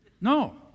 No